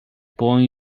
born